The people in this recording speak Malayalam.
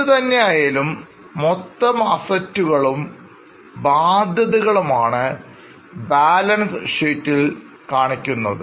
എന്തുതന്നെയായാലും മൊത്തം Assetsകളും ബാധ്യതകളും ആണ് ബാലൻ ഷിറ്റ് കാണിക്കുന്നത്